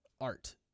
art